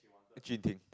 Jun Ting